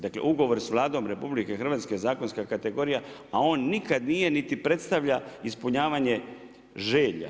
Dakle, ugovor s Vladom RH, zakonska kategorija, a on nikad nije niti predstavlja ispunjavanje želja.